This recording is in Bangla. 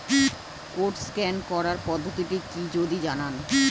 কোড স্ক্যান করার পদ্ধতিটি কি যদি জানান?